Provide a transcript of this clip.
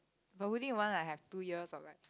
but wouldn't you want like I have two years of like